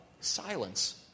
silence